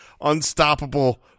unstoppable